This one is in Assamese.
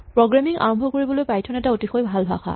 প্ৰগ্ৰেমিং আৰম্ভ কৰিবলৈ পাইথন এটা অতিশয় ভাল ভাষা